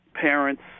parents